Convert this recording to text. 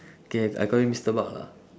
K I call you mister bak lah